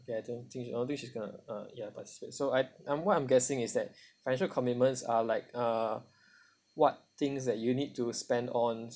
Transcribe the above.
ya I think think all these she's going to uh ya so I um what I'm guessing is that financial commitments are like uh what things that you need to spend on